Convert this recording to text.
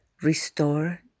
restore